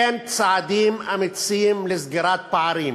אין צעדים אמיצים לסגירת פערים,